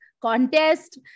contest